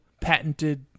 patented